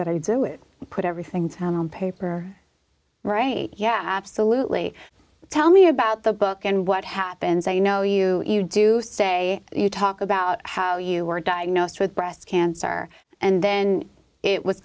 that i do it put everything on paper right yeah absolutely tell me about the book and what happens i know you you do say you talk about how you were diagnosed with breast cancer and then it was